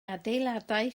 adeiladau